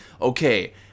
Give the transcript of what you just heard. okay